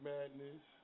Madness